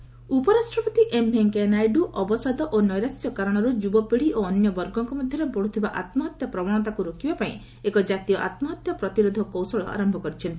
ନାଇଡ୍ ଉପରାଷ୍ଟ୍ରପତି ଏମ୍ ଭେଙ୍କୟା ନାଇଡୁ ଅବସାଦ ଓ ନୈରାଶ୍ୟ କାରଣରୁ ଯୁବପିଢ଼ି ଓ ଅନ୍ୟ ବର୍ଗଙ୍କ ମଧ୍ୟରେ ବଢ଼ୁଥିବା ଆତ୍ମହତ୍ୟା ପ୍ରବଣତାକୁ ରୋକିବା ପାଇଁ ଏକ ଜାତୀୟ ଆତ୍ମହତ୍ୟା ପ୍ରତିରୋଧ କୌଶଳ ଆରମ୍ଭ କରିଛନ୍ତି